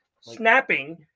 snapping –